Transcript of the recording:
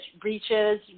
breaches